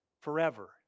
forever